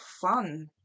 fun